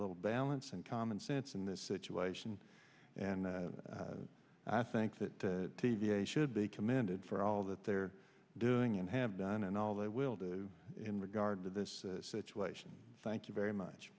little balance and common sense in this situation and i think that t v a should be commended for all that they're doing and have done and all they will do in regard to this situation thank you very much